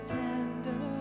tender